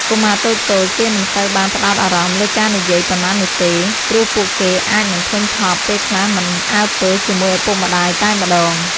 កុមារតូចៗគេមិនសូវបានផ្តោតអារម្មណ៍លើការនិយាយប៉ុន្មាននោះទេ ព្រោះពួកគេអាចនិងធុញថប់ ពេលខ្លះមិនអើពើជាមួយឪពុកម្តាយតែម្តង។